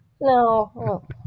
No